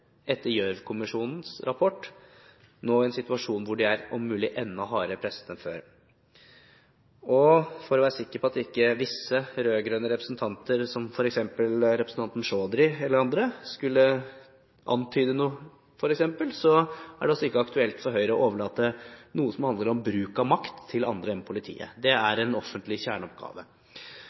etter Gjørv-kommisjonens rapport nå er i en situasjon hvor de, om mulig, er enda hardere presset enn før. Og for å være sikker på at ikke visse rød-grønne representanter som f.eks. representanten Chaudhry eller andre skulle antyde noe, er det ikke aktuelt for Høyre å overlate noe som handler om bruk av makt, til andre enn politiet. Det er en offentlig kjerneoppgave.